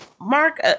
Mark